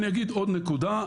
אני אגיד עוד נקודה,